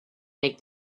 make